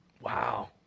Wow